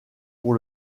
pour